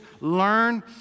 learn